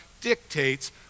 dictates